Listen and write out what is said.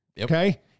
Okay